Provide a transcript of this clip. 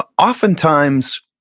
ah oftentimes,